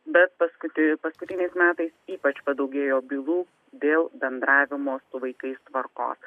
bet paskuti paskutiniais metais ypač padaugėjo bylų dėl bendravimo su vaikais tvarkos